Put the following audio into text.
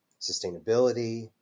sustainability